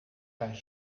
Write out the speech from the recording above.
zijn